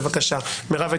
בבקשה, מירב.